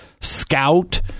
scout